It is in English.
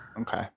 Okay